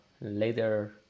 later